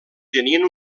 tenien